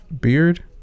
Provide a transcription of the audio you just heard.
beard